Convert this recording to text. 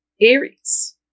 Aries